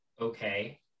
okay